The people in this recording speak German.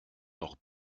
noch